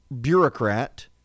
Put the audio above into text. bureaucrat